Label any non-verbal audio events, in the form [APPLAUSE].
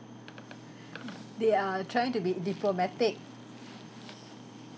[BREATH] they are trying to be diplomatic [BREATH]